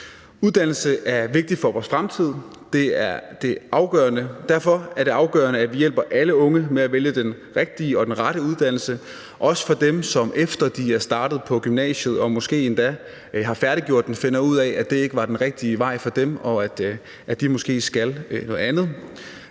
Uddannelse er vigtigt for vores fremtid. Derfor er det afgørende, at vi hjælper alle unge med at vælge den rigtige og rette uddannelse, også dem, som, efter de er startet på gymnasiet og måske endda har færdiggjort det, finder ud af, at det ikke var den rigtige vej for dem, og at de måske skal noget andet.